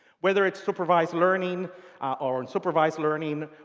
whether it's supervised learning or unsupervised learning,